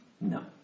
No